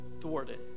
thwarted